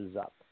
up